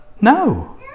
No